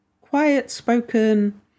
quiet-spoken